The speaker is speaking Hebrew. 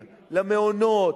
למעונות,